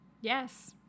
Yes